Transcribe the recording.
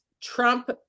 trump